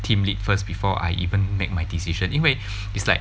team lead first before I even make my decision 因为 is like